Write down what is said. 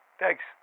thanks